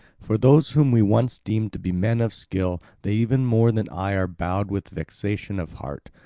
for those whom we once deemed to be men of skill, they even more than i are bowed with vexation of heart.